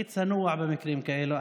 אני צנוע במקרים כאלה.